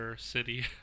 City